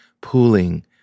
pooling